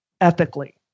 ethically